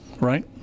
right